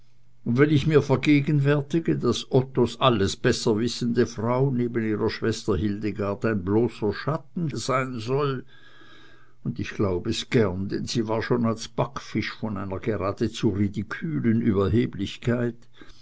und wenn ich mir vergegenwärtige daß ottos alles besser wissende frau neben ihrer schwester hildegard ein bloßer schatten sein soll und ich glaub es gern denn sie war schon als backfisch von einer geradezu ridikülen überheblichkeit